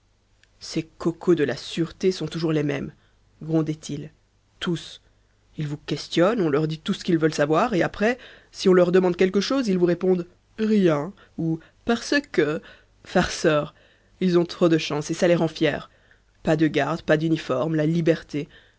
ces cocos de la sûreté sont toujours les mêmes grondait il tous ils vous questionnent on leur dit tout ce qu'ils veulent savoir et après si on leur demande quelque chose ils vous répondent rien ou parce que farceurs ils ont trop de chance et ça les rend fiers pas de garde pas d'uniforme la liberté